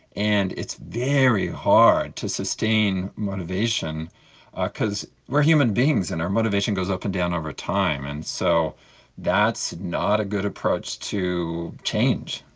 and it's very hard to sustain motivation because we are human beings and our motivation goes up and down over time. and so that's not a good approach to change.